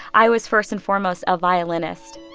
i was first and foremost a violinist